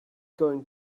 going